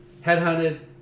headhunted